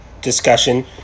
discussion